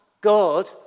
God